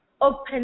open